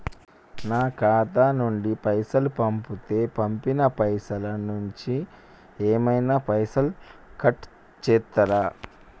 నా ఖాతా నుండి పైసలు పంపుతే పంపిన పైసల నుంచి ఏమైనా పైసలు కట్ చేత్తరా?